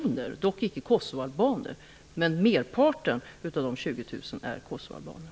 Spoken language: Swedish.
Det gäller dock icke 20 000 kosovoalbaner, men merparten av dem är kosovoalbaner.